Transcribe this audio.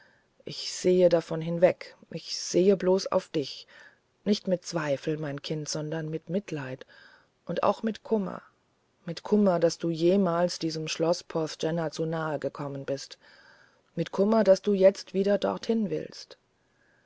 ich sehe davon hinweg ich sehe bloß auf dich nicht mit zweifel mein kind sondern mit mitleid und auch mit kummer mit kummer daß du jemals diesem schloß porthgenna zu nahe gekommen bist mit kummer daß du jetzt wieder dorthinwillst